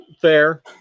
Fair